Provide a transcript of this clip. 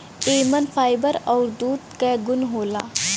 एमन फाइबर आउर दूध क गुन होला